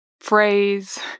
phrase